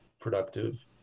productive